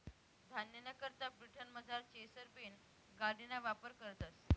धान्यना करता ब्रिटनमझार चेसर बीन गाडिना वापर करतस